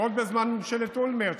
עוד בזמן ממשלת אולמרט,